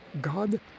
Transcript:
God